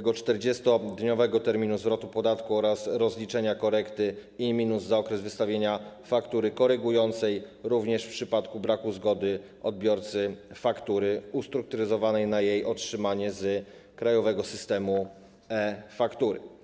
40-dniowego terminu zwrotu podatku oraz rozliczenia korekty in minus za okres wystawienia faktury korygującej - również w przypadku braku zgody odbiorcy faktury ustrukturyzowanej na jej otrzymanie w Krajowym Systemie e-Faktur.